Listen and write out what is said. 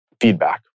feedback